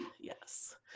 yes